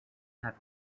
have